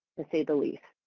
to say the least.